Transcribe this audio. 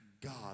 God